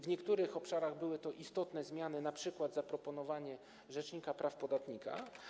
W niektórych obszarach były to istotne zmiany, np. zaproponowanie rzecznika praw podatnika.